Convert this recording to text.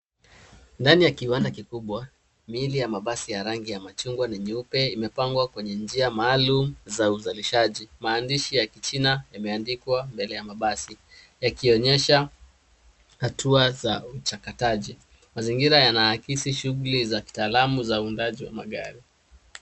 Ndani ya kiwanda kikubwa miili ya mabasi ya rangi ya majungwa na nyeupe inapangwa kwenye njia maalum za uzalishaji maandishi ya jina imeandikwa mbele ya mabasi yakionyesha hatua za uchakataji mazingira yanaagizi shughuli za kitaalum za undaji wa magari.